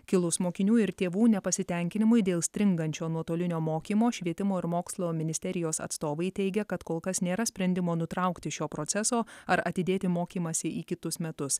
kilus mokinių ir tėvų nepasitenkinimui dėl stringančio nuotolinio mokymo švietimo ir mokslo ministerijos atstovai teigia kad kol kas nėra sprendimo nutraukti šio proceso ar atidėti mokymąsi į kitus metus